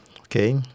Okay